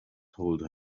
told